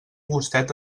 gustet